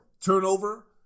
turnover